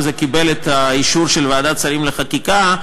וזה קיבל אישור של ועדת השרים לחקיקה,